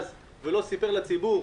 לטובת הציבור